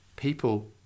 People